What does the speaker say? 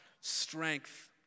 strength